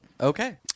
Okay